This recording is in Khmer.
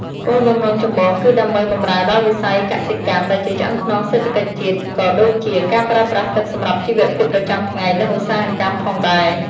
គោលបំណងចម្បងគឺដើម្បី បម្រើដល់វិស័យកសិកម្ម ដែលជាឆ្អឹងខ្នងសេដ្ឋកិច្ចជាតិ ក៏ដូចជា ការប្រើប្រាស់ទឹកសម្រាប់ជីវភាពប្រចាំថ្ងៃ និងឧស្សាហកម្ម ផងដែរ។